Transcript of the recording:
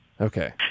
Okay